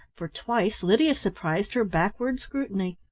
for twice lydia surprised her backward scrutiny.